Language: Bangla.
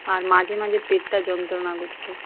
আর মাঝে মাঝে পেটটা যন্ত্রণা করতো